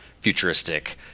futuristic